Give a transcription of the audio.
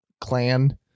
clan